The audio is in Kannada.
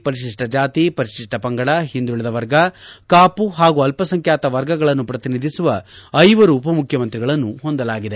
ಪರಿಶಿಷ್ಷ ಜಾತಿ ಪರಿಶಿಷ್ಟ ಪಂಗಡ ಹಿಂದುಳಿದ ವರ್ಗ ಕಾಪು ಹಾಗೂ ಅಲ್ಲಸಂಖ್ಯಾತ ವರ್ಗಗಳನ್ನು ಪ್ರತಿನಿಧಿಸುವ ಐವರು ಉಪಮುಖ್ಚಮಂತ್ರಿಗಳನ್ನು ಹೊಂದಲಾಗಿದೆ